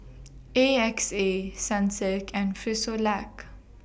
A X A Sunsilk and Frisolac